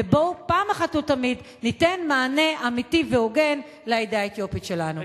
ובואו אחת ולתמיד ניתן מענה אמיתי והוגן לעדה האתיופית שלנו.